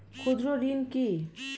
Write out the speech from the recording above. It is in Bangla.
ক্ষুদ্র ঋণ কি?